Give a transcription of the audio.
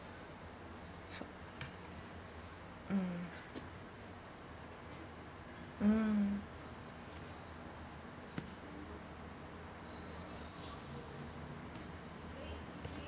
mm mm